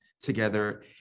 together